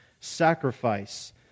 sacrifice